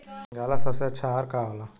गाय ला सबसे अच्छा आहार का होला?